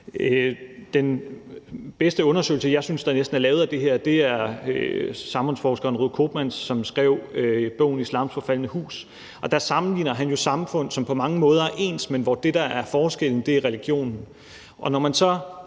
Den bedste undersøgelse, jeg synes er lavet af det her, er lavet af samfundsforskeren Ruud Koopmans, som skrev bogen »Islams forfaldne hus«. Der sammenligner han samfund, som på mange måder er ens, men hvor det, der er forskellen, er religionen. Han ser